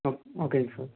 okay ஓகேங்க sir